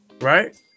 right